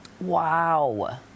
Wow